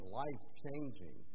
life-changing